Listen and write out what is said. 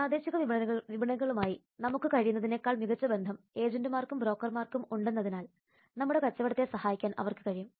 43 പ്രാദേശിക വിപണികളുമായി നമുക്ക് കഴിയുന്നതിനേക്കാൾ മികച്ച ബന്ധം ഏജന്റുമാർക്കും ബ്രോക്കർമാർക്കും ഉണ്ടെന്നതിനാൽ നമ്മുടെ കച്ചവടത്തെ സഹായിക്കാൻ അവർക്ക് കഴിയും